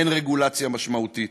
אין רגולציה משמעותית,